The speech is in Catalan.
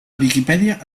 viquipèdia